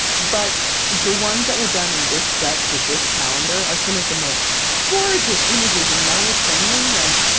but the ones that were done in this set, for this calendar, are some of the most gorgeous images, in my opinion. like,